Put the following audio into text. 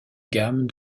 gamme